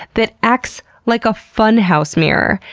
that acts like a funhouse mirror.